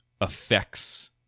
affects